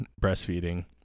breastfeeding